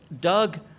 Doug